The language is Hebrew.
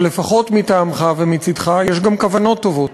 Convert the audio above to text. שלפחות מטעמך ומצדך יש גם כוונות טובות.